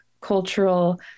cultural